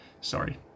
sorry